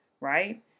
right